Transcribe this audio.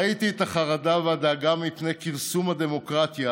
ראיתי את החרדה והדאגה מפני כרסום בדמוקרטיה,